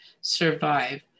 survive